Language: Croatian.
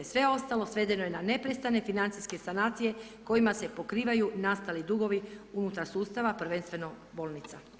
Sve ostalo svedeno je na neprestane financijske sanacije kojima se pokrivaju nastali dugovi unutar sustava, prvenstveno bolnica.